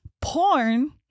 Porn